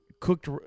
cooked